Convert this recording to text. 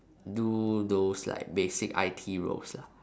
do those like basic I_T roles lah